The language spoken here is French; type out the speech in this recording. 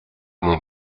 mon